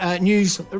news